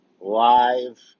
live